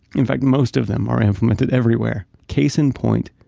in fact, most of them are implemented everywhere. case in point,